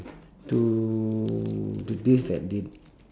to to days like they